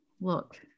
Look